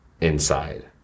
inside